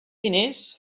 diners